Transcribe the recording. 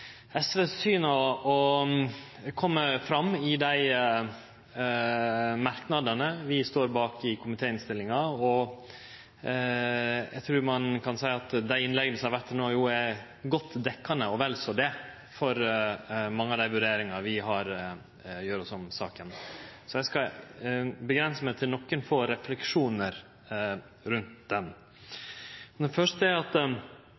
SVs syn kjem fram i dei merknadene vi står bak i komitéinnstillinga, og eg trur ein kan seie at dei innlegga som har vore til no, jo er godt dekkjande, og vel så det, for mange av dei vurderingane vi gjer oss om saka. Så eg skal avgrense meg til nokre få refleksjonar rundt den. Den første er at